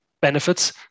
benefits